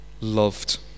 loved